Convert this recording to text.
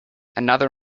another